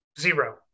Zero